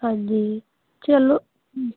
ਹਾਂਜੀ ਚਲੋ